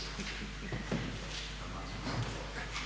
Hvala.